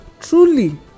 truly